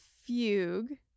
fugue